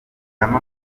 ampa